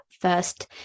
first